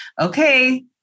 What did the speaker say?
okay